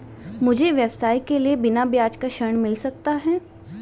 मुझे व्यवसाय के लिए बिना ब्याज का ऋण मिल सकता है?